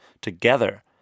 together